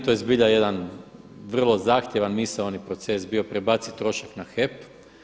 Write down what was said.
To je zbilja jedan vrlo zahtjevan misaoni proces bio prebaciti trošak na HEP.